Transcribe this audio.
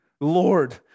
Lord